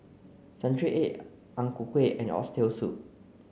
Century Egg Ang Ku Kueh and oxtail soup